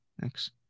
thanks